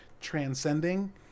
transcending